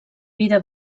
vida